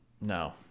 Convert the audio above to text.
No